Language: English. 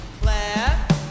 Clap